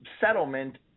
settlement